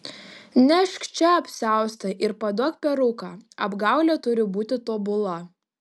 nešk čia apsiaustą ir paduok peruką apgaulė turi būti tobula